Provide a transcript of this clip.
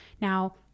Now